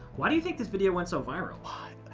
why do you think this video went so viral? why?